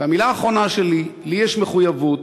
והמילה האחרונה שלי: לי יש מחויבות,